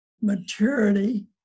maturity